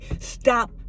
stop